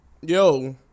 yo